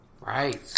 Right